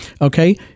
Okay